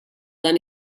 dan